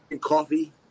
coffee